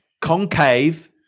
Concave